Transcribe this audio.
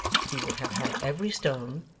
he would have had every stone,